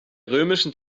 römischen